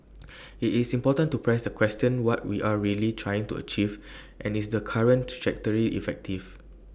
IT is important to press the question what we are really trying to achieve and is the current trajectory effective